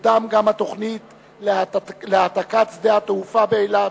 תקודם גם התוכנית להעתקת שדה התעופה באילת,